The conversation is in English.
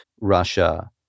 Russia